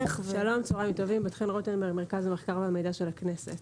שמי בת חן רותם ממרכז המחקר והמידע של הכנסת.